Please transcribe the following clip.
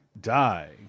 Die